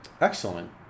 Excellent